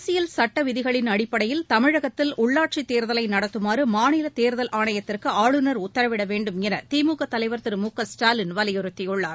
அரசியல் சட்ட விதிகளின் அடிப்படையில் தமிழகத்தில் உள்ளாட்சித் தேர்தலை நடத்துமாறு மாநில தேர்தல் ஆணையத்திற்கு ஆளுநர் உத்தரவிட வேண்டும் என திமுக தலைவர் திரு மு க ஸ்டாலின் வலியுறுத்தியுள்ளார்